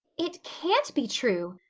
it can't be true,